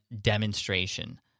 demonstration